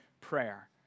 prayer